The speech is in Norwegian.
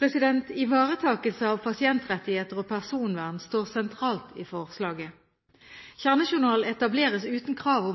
Ivaretakelse av pasientrettigheter og personvern står sentralt i forslaget. Kjernejournalen etableres uten krav